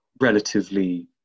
relatively